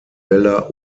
bella